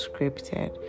scripted